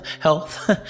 health